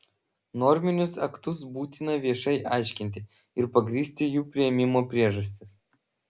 norminius aktus būtina viešai aiškinti ir pagrįsti jų priėmimo priežastis